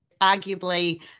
arguably